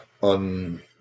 on